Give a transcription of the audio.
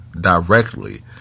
directly